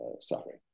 suffering